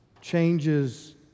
changes